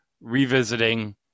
revisiting